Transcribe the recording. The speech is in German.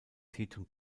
tetum